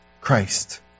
Christ